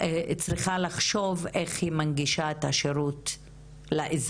היא צריכה לחשוב על איך היא מנגישה את השירות לאזרח.